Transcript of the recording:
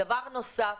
דבר נוסף,